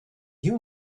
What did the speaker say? you